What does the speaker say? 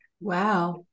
Wow